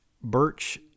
Birch